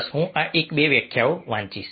બસ હું એક બે વ્યાખ્યાઓ વાંચીશ